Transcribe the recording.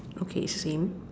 okay same